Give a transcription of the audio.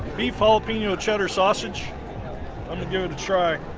beef jalapeno cheddar sausage i'm gonna try